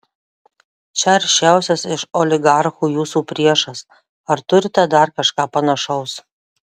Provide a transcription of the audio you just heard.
čia aršiausias iš oligarchų jūsų priešas ar turite dar kažką panašaus